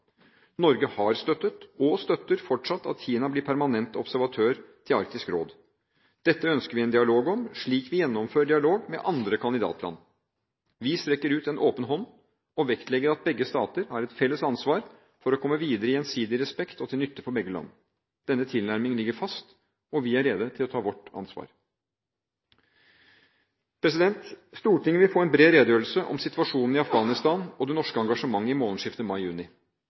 Norge har støttet og støtter fortsatt at Kina blir permanent observatør til Arktisk råd. Dette ønsker vi en dialog om, slik vi gjennomfører dialog med andre kandidatland. Vi strekker ut en åpen hånd og vektlegger at begge stater har et felles ansvar for å komme videre i gjensidig respekt og til nytte for begge land. Denne tilnærmingen ligger fast, og vi er rede til å ta vårt ansvar. Stortinget vil få en bred redegjørelse om situasjonen i Afghanistan og det norske engasjementet der i månedsskiftet